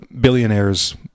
billionaires